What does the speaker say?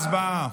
הצבעה.